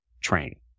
Train